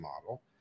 model